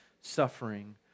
suffering